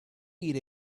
eat